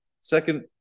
second